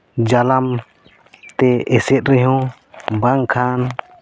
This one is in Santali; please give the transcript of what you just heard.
ᱡᱟᱞᱟᱢ ᱛᱮ ᱮᱥᱮᱫ ᱨᱮᱦᱚᱸ ᱵᱟᱝᱠᱷᱟᱱ